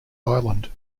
island